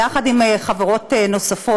יחד עם כמה חברות כנסת,